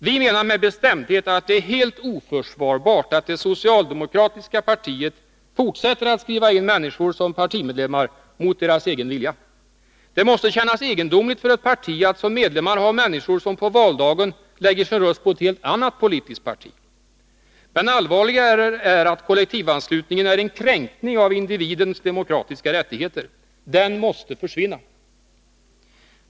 Vi menar med bestämdhet att det är helt oförsvarbart att det socialdemokratiska partiet fortsätter att skriva in människor som partimedlemmar mot deras egen vilja. Det måste kännas egendomligt för ett parti att som medlemmar ha människor som på valdagen lägger sin röst på ett helt annat politiskt parti. Men allvarligare är att kollektivanslutningen är en kränkning av individens demokratiska rättigheter. Den måste försvinna.